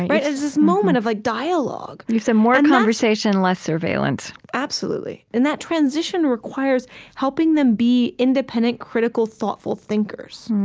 and it's this moment of like dialogue you've said, more and conversation, less surveillance. absolutely. and that transition requires helping them be independent, critical, thoughtful thinkers